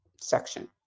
section